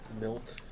milk